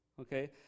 Okay